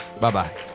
Bye-bye